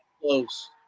close